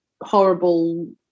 horrible